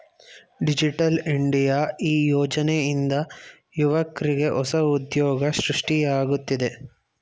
digital India ಈ ಯೋಜನೆಯಿಂದ ಯುವಕ್ರಿಗೆ ಹೊಸ ಉದ್ಯೋಗ ಸೃಷ್ಟಿಯಾಗುತ್ತಿದೆ